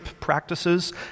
practices